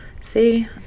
See